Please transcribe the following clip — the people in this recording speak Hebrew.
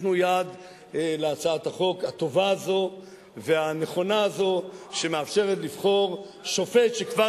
תיתנו יד להצעת החוק הטובה הזו והנכונה הזו שמאפשרת לבחור שופט שכבר